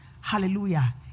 Hallelujah